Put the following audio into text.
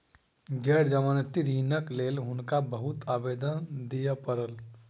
गैर जमानती ऋणक लेल हुनका बहुत आवेदन दिअ पड़ल